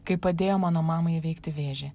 kai padėjo mano mamai įveikti vėžį